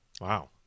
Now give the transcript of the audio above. Wow